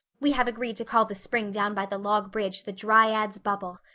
we have agreed to call the spring down by the log bridge the dryad's bubble.